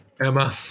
Emma